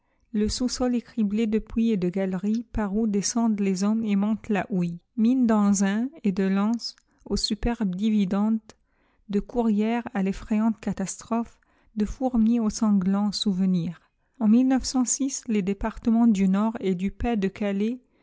le sous-sol est criblé de puits et de galeries par où descendent les hommes et monte la houille mines d'anzin et de lens aux superbes dividendes de courrières à l'effrayante catastrophe de fourmies aux sanglants souvenirs en les départements du nord et du pas-de-calais